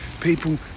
people